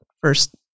first